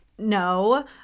no